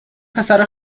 پسر